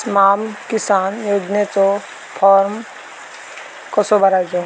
स्माम किसान योजनेचो फॉर्म कसो भरायचो?